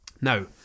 Now